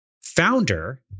founder